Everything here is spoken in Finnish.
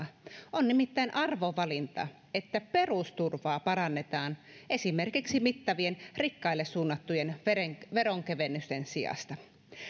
on nimittäin arvovalinta että perusturvaa parannetaan esimerkiksi mittavien rikkaille suunnattujen veronkevennysten sijasta